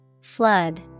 Flood